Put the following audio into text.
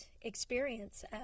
experience